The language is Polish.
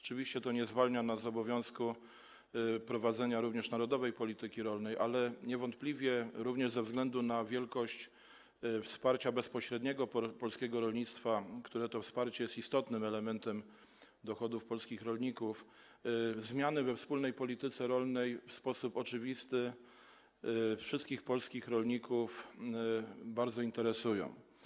Oczywiście to nie zwalnia nas z obowiązku prowadzenia również narodowej polityki rolnej, ale niewątpliwie ze względu na wielkość wsparcia bezpośredniego polskiego rolnictwa, które to wsparcie jest istotnym elementem dochodów polskich rolników, zmiany we wspólnej polityce rolnej w sposób oczywisty wszystkich polskich rolników bardzo interesują.